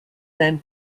then